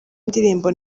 indirimbo